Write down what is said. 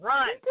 Run